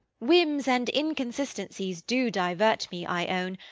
whims and inconsistencies do divert me, i own,